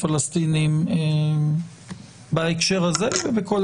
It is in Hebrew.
הפלסטינית, במשק הישראלי, וזו